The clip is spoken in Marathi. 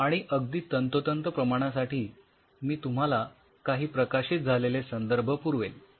आणि अगदी तंतोतंत प्रमाणासाठी मी तुम्हाला काही प्रकाशित झालेले संदर्भ पुरवेल